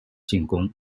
进攻